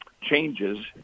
changes